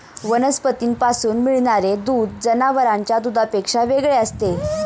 वनस्पतींपासून मिळणारे दूध जनावरांच्या दुधापेक्षा वेगळे असते